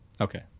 Okay